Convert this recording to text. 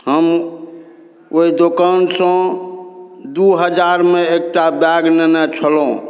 हम ओहि दोकानसँ दुइ हजारमे एकटा बैग लेने छलहुँ